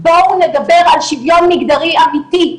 בואו נדבר על שיוויון מגדרי אמיתי.